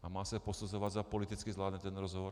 A má se posuzovat, zda politicky zvládne ten rozhovor.